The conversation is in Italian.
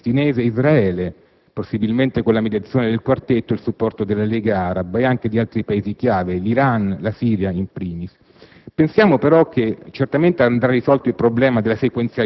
Dovrà seguire l'avvio di colloqui tra la*leadership* palestinese e Israele, possibilmente con la mediazione del quartetto, il supporto della Lega Araba, e anche di altri Paesi chiave, Iran e Siria *in primis*.